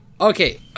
Okay